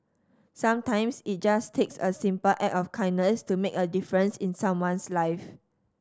sometimes it just takes a simple act of kindness to make a difference in someone's life